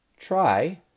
try